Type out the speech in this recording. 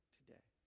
Today